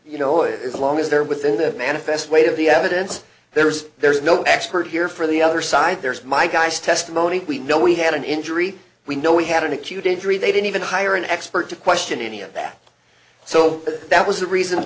you know it's a long as they're within the manifest weight of the evidence there's there's no expert here for the other side there's my guys testimony we know we had an injury we know we had an acute injury they didn't even hire an expert to question any of that so that was the reason